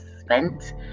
spent